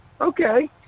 okay